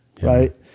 Right